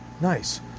nice